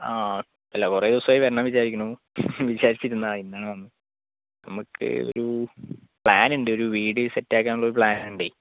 ആ അല്ല കുറെ ദിവസമായി വരണമെന്ന് വിചാരിക്കുന്നു വിചാരിച്ചിരുന്നു ഇന്നാണ് വന്നത് നമുക്ക് ഒരു പ്ലാനുണ്ട് ഒരു വീട് സെറ്റാക്കാനുള്ള ഒരു പ്ലാനുണ്ടേ